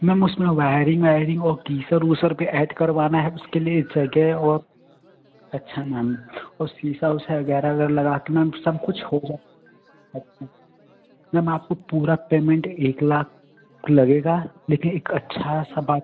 ma'am उसमें wiring आइरिंग औ geyser ऊसर भी ऐड करवाना है उसके लिए जगह और अच्छा मैम औ शीशी ओसा वगैरह वगैरह लगा के मैम सब कुछ हो जाए अच्छा मैम आपको पूरा पेमेंट एक लाख लगेगा लेकिन एक अच्छा सा बाथ